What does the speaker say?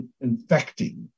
infecting